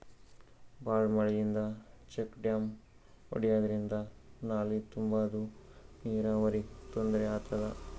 ಭಾಳ್ ಮಳಿಯಿಂದ check dam ಒಡ್ಯಾದ್ರಿಂದ ನಾಲಿ ತುಂಬಾದು ನೀರಾವರಿಗ್ ತೊಂದ್ರೆ ಆತದ